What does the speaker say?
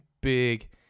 big